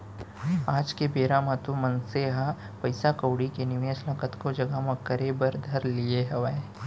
आज के बेरा म तो मनसे ह पइसा कउड़ी के निवेस ल कतको जघा म करे बर धर लिये हावय